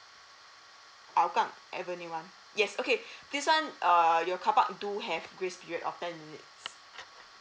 hougang avenue one yes okay this one uh your carpark do have grace period of ten minutes